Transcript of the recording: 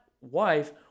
wife